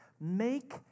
Make